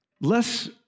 Less